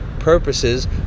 purposes